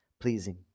pleasing